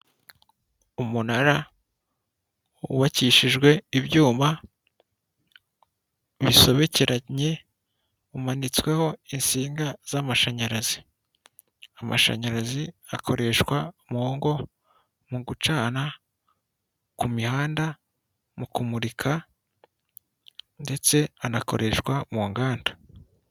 Umunara wu wakishijwe ibyuma bisobekeranye uma nitsweho insinga z'amashanyarazi, amashanyarazi akoreshwa mungo mugucana ku mihanda mu kumurika ndetse ana koreshwa mu nganda.